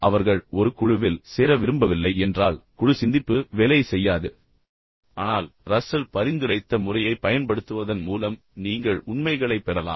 அவர்கள் ஒரு குழுவில் சேர விரும்பவில்லை என்றால் குழுசிந்திப்பு வேலை செய்யாது பின்னர் ஒருவருக்கொருவர் பேசிக்கொண்டால் வேலை செய்யாது ஆனால் ரஸ்ஸல் பரிந்துரைத்த முறையைப் பயன்படுத்துவதன் மூலம் நீங்கள் உண்மைகளைப் பெறலாம்